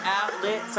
outlet